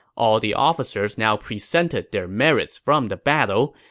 all the officers now presented their merits from the battle,